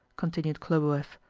continued khlobuev.